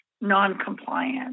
noncompliance